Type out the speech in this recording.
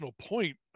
point